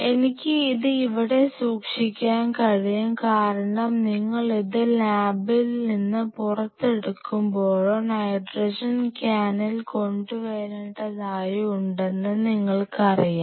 എനിക്ക് ഇത് ഇവിടെ സൂക്ഷിക്കാൻ കഴിയും കാരണം നിങ്ങൾ ഇത് ലാബിൽ നിന്ന് പുറത്തെടുക്കുമ്പോഴോ നൈട്രജൻ ക്യാനിൽ കൊണ്ടുവരേണ്ടതായോ ഉണ്ടെന്നു നിങ്ങൾക്കറിയാം